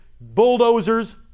bulldozers